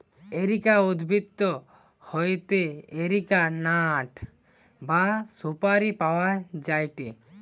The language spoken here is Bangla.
এরিকা উদ্ভিদ হইতে এরিকা নাট বা সুপারি পাওয়া যায়টে